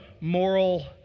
moral